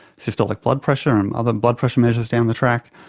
systolic blood pressure and other blood pressure measures down the track,